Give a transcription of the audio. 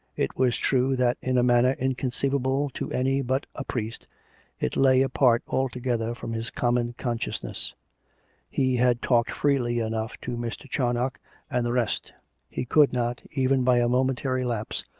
it was true that in a manner inconceivable to any but a priest it lay apart altogether from his common conscious ness he had talked freely enough to mr. charnoc and the rest he could not, even by a momentary lapse,